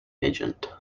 agent